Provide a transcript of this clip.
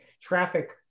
traffic